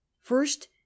First